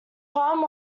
farm